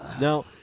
Now